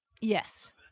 Yes